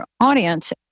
audience